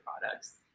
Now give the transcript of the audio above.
products